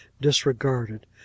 disregarded